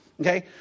Okay